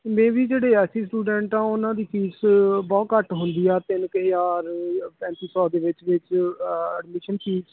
ਮੈਂ ਵੀ ਜਿਹੜੇ ਐਸ ਸੀ ਸਟੂਡੈਂਟ ਆ ਉਹਨਾਂ ਦੀ ਫੀਸ ਬਹੁਤ ਘੱਟ ਹੁੰਦੀ ਆ ਤਿੰਨ ਕੁ ਹਜ਼ਾਰ ਜਾਂ ਪੈਂਤੀ ਸੌ ਦੇ ਵਿੱਚ ਵਿੱਚ ਐਡਮੀਸ਼ਨ ਫੀਸ